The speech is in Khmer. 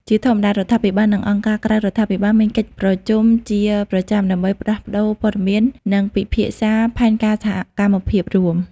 ជាធម្មតា រដ្ឋាភិបាល និងអង្គការក្រៅរដ្ឋាភិបាលមានកិច្ចប្រជុំជាប្រចាំដើម្បីផ្លាស់ប្តូរព័ត៌មាន និងពិភាក្សាផែនការសកម្មភាពរួម។